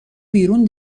بیرون